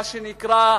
מה שנקרא,